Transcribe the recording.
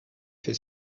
fait